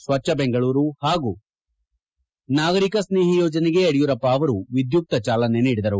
ಸ್ವಜ್ಞ ಬೆಂಗಳೂರು ಹಾಗೂ ನಾಗರಿಕ ಸ್ನೇಹಿ ಯೋಜನೆಗೆ ಯಡಿಯೂರಪ್ಪ ಅವರು ವಿಧ್ಚುಕ್ತ ಚಾಲನೆ ನೀಡಿದರು